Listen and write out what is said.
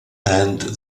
and